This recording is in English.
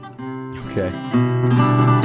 Okay